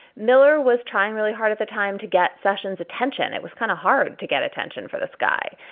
miller was trying really hard at the time to get session's attention. it was kind of hard to get attention for this guy.